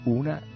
una